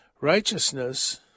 Righteousness